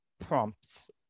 prompts